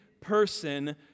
person